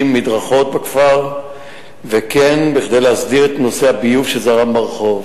ומדרכות בכפר וכן כדי להסדיר את נושא הביוב שזרם ברחוב.